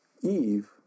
Eve